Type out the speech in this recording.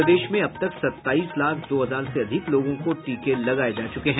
प्रदेश में अब तक सत्ताईस लाख दो हजार से अधिक लोगों को टीके लगाये जा चुके हैं